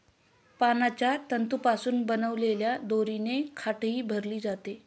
पानांच्या तंतूंपासून बनवलेल्या दोरीने खाटही भरली जाते